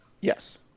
Yes